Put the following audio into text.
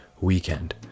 Weekend